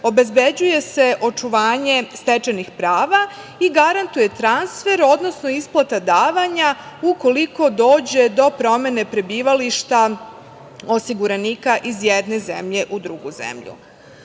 obezbeđuje se očuvanje stečenih prava i garantuje transfer, odnosno isplata davanja ukoliko dođe do promene prebivališta osiguranika iz jedne zemlje u drugu zemlju.U